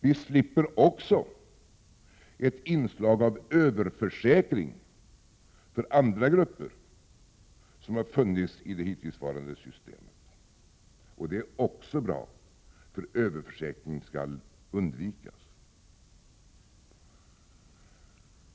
Vi slipper också ett inslag av överförsäkring för andra grupper som funnits i det hittillsvarande systemet. Det är också bra, för överförsäkring skall undvikas.